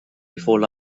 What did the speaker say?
before